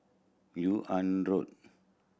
Yunnan Road